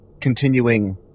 continuing